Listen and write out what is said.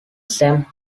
same